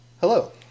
Hello